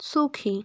সুখী